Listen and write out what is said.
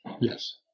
Yes